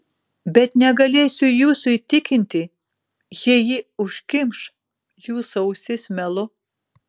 bet negalėsiu jūsų įtikinti jei ji užkimš jūsų ausis melu